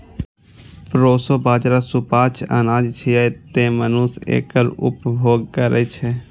proso बाजारा सुपाच्य अनाज छियै, तें मनुष्य एकर उपभोग करै छै